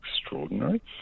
extraordinary